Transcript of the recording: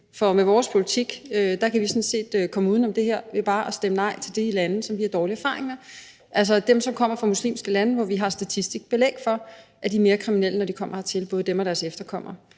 for med vores politik kan vi sådan set komme uden om det her ved bare at stemme nej til de lande, som vi har dårlige erfaringer med, altså til dem, som kommer fra muslimske lande, hvor vi har statistisk belæg for, at både de og deres efterkommere